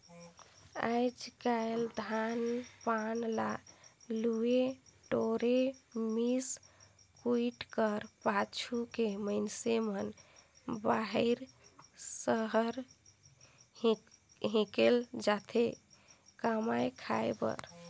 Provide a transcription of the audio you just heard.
आएज काएल धान पान ल लुए टोरे, मिस कुइट कर पाछू के मइनसे मन बाहिर सहर हिकेल जाथे कमाए खाए बर